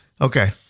Okay